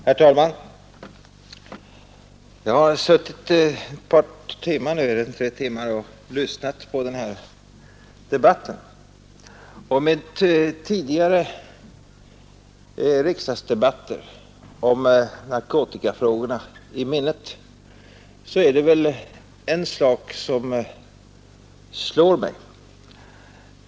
Herr talman! Jag har suttit och lyssnat på den här debatten i ett par tre timmar. Med tidigare riksdagsdebatter om narkotikafrågorna i minnet är det en sak som slår mig.